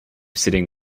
sitting